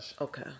Okay